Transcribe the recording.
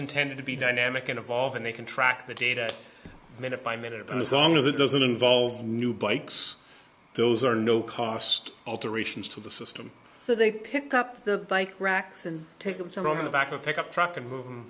intended to be dynamic and evolve and they can track the data minute by minute and as long as it doesn't involve new bikes those are no cost alterations to the system so they pick up the bike racks and take it on the back of pickup truck and mov